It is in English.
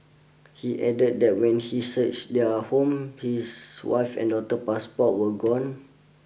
he added that when he searched their home his wife's and daughter's passports were gone